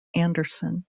anderson